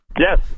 Yes